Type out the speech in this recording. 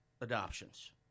adoptions